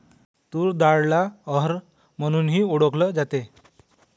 तूर डाळला अरहर म्हणूनही ओळखल जाते